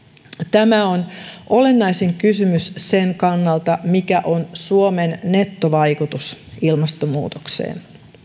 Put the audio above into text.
tämä on olennaisin kysymys sen kannalta mikä on suomen nettovaikutus ilmastonmuutokseen